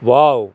wow